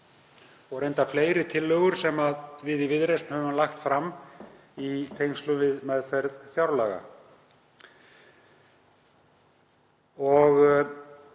og reyndar fleiri tillögur sem við í Viðreisn höfum lagt fram í tengslum við meðferð fjárlaga.